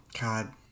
God